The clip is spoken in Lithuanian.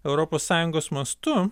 europos sąjungos mastu